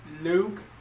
Luke